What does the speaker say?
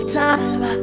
time